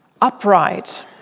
Upright